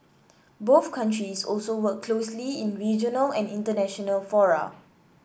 both countries also work closely in regional and international fora